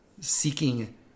seeking